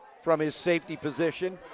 from his safety position.